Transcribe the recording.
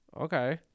Okay